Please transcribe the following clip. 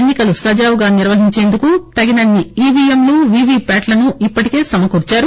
ఎన్ని కలు సజావుగా నిర్వహించేందుకు తగినన్ని ఈవిఎంలు వీవీ ప్యాట్లను ఇప్పటికే సమకూర్చారు